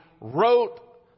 wrote